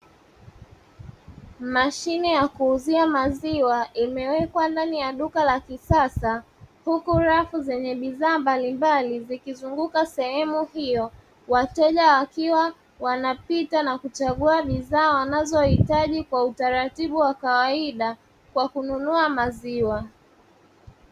Mashine ya kuuzia maziwa imewekwa ndani ya duka la kisasa, huku rafu zenye bidhaa mbalimbali zikizunguka sehemu hiyo. Wateja wakiwa wanapita na kuchagua bidhaa wanazohitaji kwa utaratibu wa kawaida, kwa kununua maziwa.